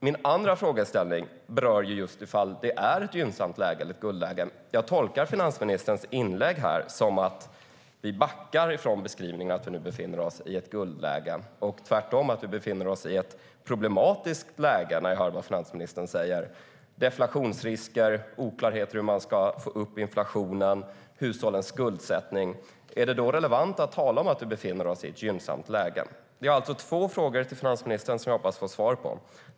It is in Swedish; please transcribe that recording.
Min andra frågeställning handlar om ifall det är ett gynnsamt läge eller ett guldläge. Jag tolkar finansministerns inlägg som att hon backar från beskrivningen att vi befinner oss i ett guldläge. Tvärtom befinner vi oss i ett problematiskt läge med deflationsrisker, oklarheter om hur man ska få upp inflationen och med hushållens skuldsättning. Är det då relevant att tala om att vi befinner oss i ett gynnsamt läge? Det är alltså två frågor till finansministern som jag hoppas få svar på.